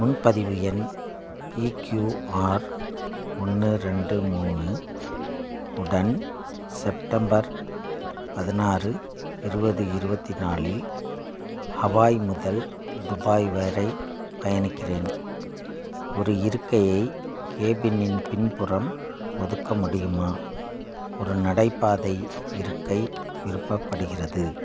முன்பதிவு எண் பிக்யூஆர் ஒன்று ரெண்டு மூணு உடன் செப்டம்பர் பதினாறு இருபது இருபத்தி நாலில் ஹவாய் முதல் துபாய் வரை பயணிக்கின்றேன் ஒரு இருக்கையை கேபினின் பின்புறம் ஒதுக்க முடியுமா ஒரு நடைபாதை இருக்கை விருப்பப்படுகிறது